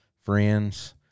friends